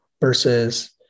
versus